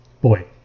boy